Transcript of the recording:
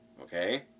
Okay